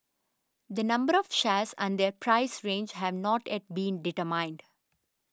the number of shares and their price range have not yet been determined